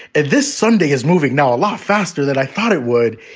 and this sunday is moving now a lot faster than i thought it would.